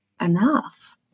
enough